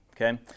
Okay